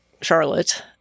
Charlotte